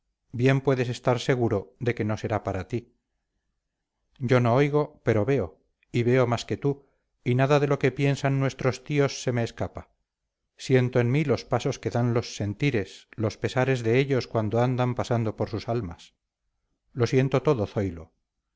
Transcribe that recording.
bien puedes estar seguro de que no será para ti yo no oigo pero veo y veo más que tú y nada de lo que piensan nuestros tíos se me escapa siento en mí los pasos que dan los sentires los pensares de ellos cuando andan pasando por sus almas lo siento todo zoilo